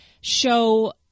show